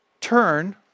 Turn